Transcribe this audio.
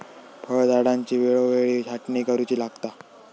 फळझाडांची वेळोवेळी छाटणी करुची लागता